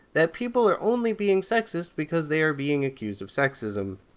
that people are only being sexist because they are being accused of sexism.